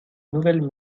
nouvelles